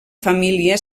família